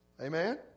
Amen